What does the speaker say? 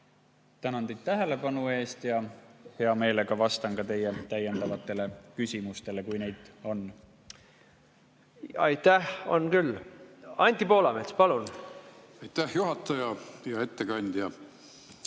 Tänan teid tähelepanu eest ja hea meelega vastan teie täiendavatele küsimustele, kui neid on. Aitäh! On küll. Anti Poolamets, palun! Aitäh! On küll.